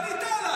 לא קיימתי דיון.